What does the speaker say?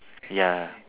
ya